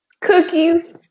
Cookies